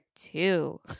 two